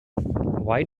why